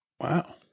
Wow